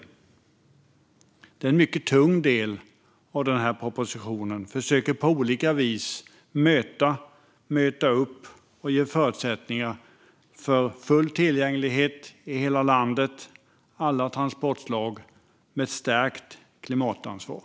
Detta är en mycket tung del av denna proposition. Vi försöker att på olika vis möta, möta upp och ge förutsättningar för full tillgänglighet i hela landet och för alla transportslag med ett stärkt klimatansvar.